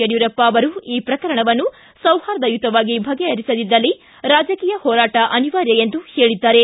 ಯಡಿಯೂರಪ್ಪ ಅವರು ಈ ಪ್ರಕರಣವನ್ನು ಸೌಹಾರ್ದಯುತವಾಗಿ ಬಗೆಹರಿಸದಿದ್ದಲ್ಲಿ ರಾಜಕೀಯ ಹೋರಾಟ ಅನಿವಾರ್ಯ ಎಂದು ಹೇಳಿದ್ದಾರೆ